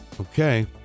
Okay